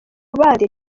bandi